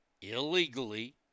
illegally